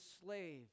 slave